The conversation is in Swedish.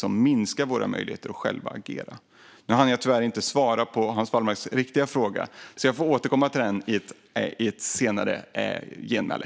Det minskar våra möjligheter att själva agera. Nu hann jag tyvärr inte svara på Hans Wallmarks riktiga fråga, så jag får återkomma till den i ett senare genmäle.